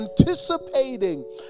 anticipating